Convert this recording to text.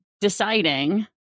deciding